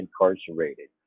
incarcerated